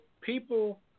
people